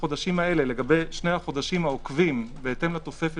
לגבי שני החודשים העוקבים בהתאם לתוספת